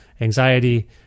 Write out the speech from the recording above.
anxiety